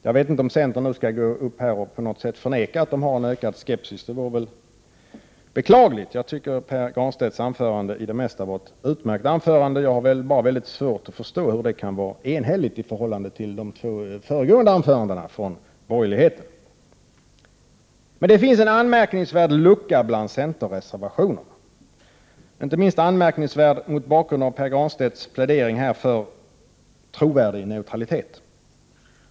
Jag vet inte om någon centerrepresentant går upp i talarstolen och förnekar denna skepsis. Det vore i så fall beklagligt. Jag tycker att Pär Granstedts anförande i det mesta var utmärkt. Efter att ha lyssnat till de två föregående anförandena från borgerliga ledamöter har jag bara svårt att förstå hur man kan tala om enighet. Det finns en anmärkningsvärd lucka bland centerreservationerna. Inte minst är den anmärkningsvärd mot bakgrund av Pär Granstedts plädering för trovärdig neutralitet.